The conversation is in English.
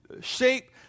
shape